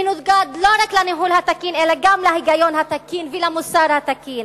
מנוגד לא רק לניהול התקין אלא גם להיגיון התקין ולמוסר התקין.